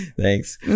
thanks